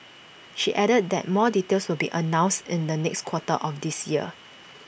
she added that more details will be announced in the next quarter of this year